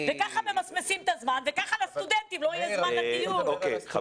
ככה ממסמסים את הזמן וככה לא יהיה זמן לדיון על הסטודנטים?